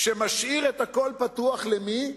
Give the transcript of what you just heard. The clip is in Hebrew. שמשאיר את הכול פתוח, למי?